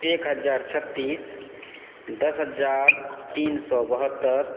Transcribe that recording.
एक हजार छत्तीस दश हजार तीन सए बहत्तर